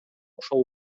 ошол